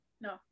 No